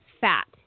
fat